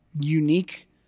unique